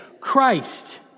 Christ